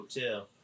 Hotel